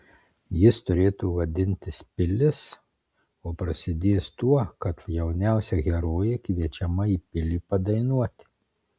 jis turėtų vadintis pilis o prasidės tuo kad jauniausia herojė kviečiama į pilį padainuoti